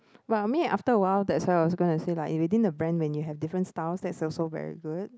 but I mean after awhile that's why I was going to say like within a brand if you have different style that's also very good